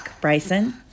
Bryson